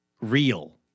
real